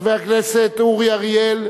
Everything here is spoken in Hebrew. חבר הכנסת אורי אריאל,